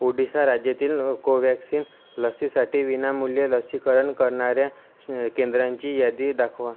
ओडिसा राज्यातील कोव्हॅक्सिन लसीसाठी विनामूल्य लसीकरण करणाऱ्या केंद्रांची यादी दाखवा